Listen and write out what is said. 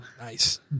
Nice